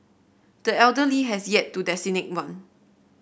the elder Lee has yet to designate one